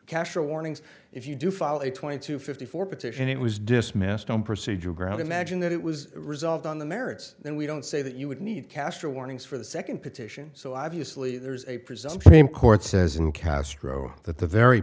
casual warnings if you do file a twenty two fifty four petition it was dismissed on procedural grounds imagine that it was resolved on the merits and we don't say that you would need caster warnings for the second petition so obviously there's a presumption in court says in castro that the very